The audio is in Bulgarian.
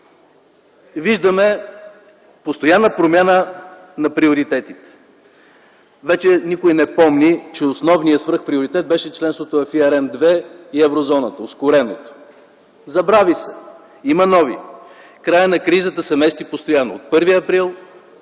Виждаме постоянна промяна на приоритетите. Вече никой не помни, че основният свръхприоритет беше членството в ERM-ІІ и еврозоната. Ускорено. Забрави се, има нови. Краят на кризата се мести постоянно – от 1 април,